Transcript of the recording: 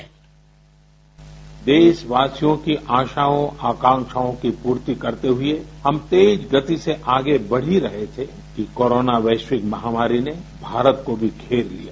bite देशवासियों की आशाओं आकाँक्षाओं की पूर्ति करते हुए हम तेज गति से आगे बढ़ ही रहे थे कि कोरोना वैश्विक महामारी ने भारत को भी घेर लिया